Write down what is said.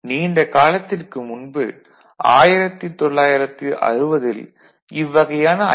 நீண்ட காலத்திற்கு முன்பு 1960ல் இவ்வகையான ஐ